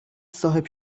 صاحب